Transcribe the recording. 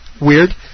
Weird